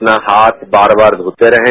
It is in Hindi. अपना हाथ बार बार धोते रहें